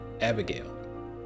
Abigail